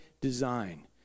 design